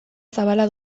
zabala